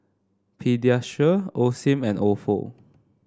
Pediasure Osim and Ofo